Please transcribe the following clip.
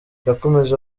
yakomeje